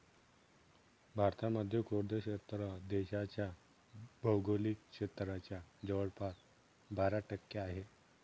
भारतामध्ये कोरडे क्षेत्र देशाच्या भौगोलिक क्षेत्राच्या जवळपास बारा टक्के आहे